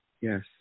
yes